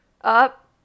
up